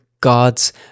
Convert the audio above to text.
God's